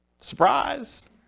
Surprise